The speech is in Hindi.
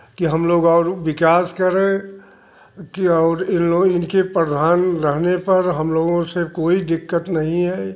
कि हम लोग और विकास करें कि और इन्हे इनके प्रधान रहने पर हम लोगों से कोई दिक्कत नहीं है